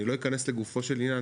אני לא אכנס לגופו של עניין,